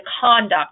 conduct